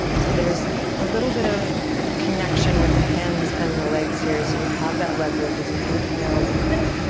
so there's a little bit of connection with the hands and the legs here, so you have that leverage as you inhale, look up.